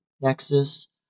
nexus